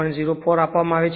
04 આપવામાં આવે છે